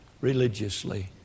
religiously